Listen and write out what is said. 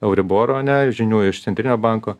euriboro ane žinių iš centrinio banko